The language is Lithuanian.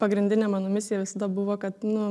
pagrindinė mano misija visada buvo kad nu